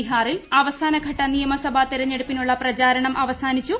ബീഹാറിൽ അവസാനഘട്ട നിയ്മസ്ന്ഭാ തിരഞ്ഞെടുപ്പിനുള്ള പ്രചാരണം അവസാനിച്ചു